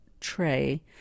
tray